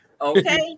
okay